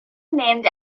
named